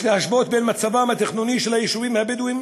יש להשוות את מצבם התכנוני של היישובים הבדואיים